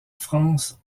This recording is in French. france